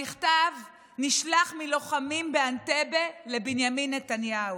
המכתב נשלח מלוחמים שהיו באנטבה לבנימין נתניהו.